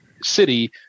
city